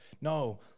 no